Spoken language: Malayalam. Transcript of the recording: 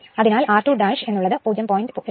അതിനാൽ r2 എന്ന് ഉള്ളത് 0